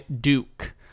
Duke